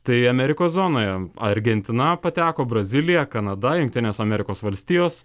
tai amerikos zonoje argentina pateko brazilija kanada jungtinės amerikos valstijos